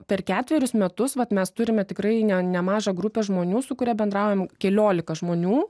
per ketverius metus vat mes turime tikrai ne nemaža grupė žmonių su kuria bendraujam keliolika žmonių